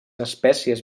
espècies